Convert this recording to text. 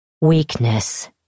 Weakness